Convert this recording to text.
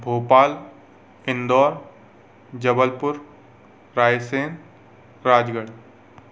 Bhopal Indore Jabalpur Raisen Rajgarh